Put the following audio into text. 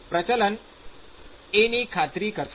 પ્રચલન એની ખાતરી કરશે